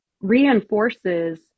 reinforces